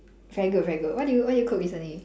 very good very good what did you what you cook recently